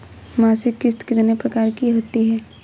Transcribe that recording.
मासिक किश्त कितने प्रकार की होती है?